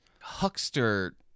huckster